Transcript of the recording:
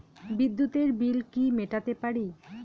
বিদ্যুতের বিল কি মেটাতে পারি?